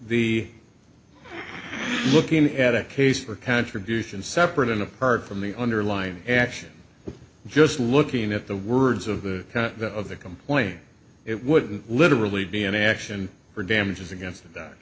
the looking at a case for contribution separate and apart from the underline action just looking at the words of the of the complain it would literally be an action for damages against that